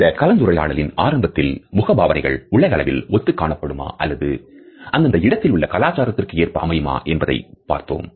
இந்த கலந்துரையாடலின் ஆரம்பத்தில் முகபாவனைகள் உலக அளவில் ஒத்து காணப்படுமா அல்லது அது அந்தந்த இடத்தில் உள்ள கலாசாரத்துக்கு ஏற்ப அமையுமா என்பதைப் பார்த்தோம்